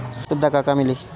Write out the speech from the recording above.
सुविधा का का मिली?